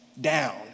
down